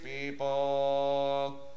people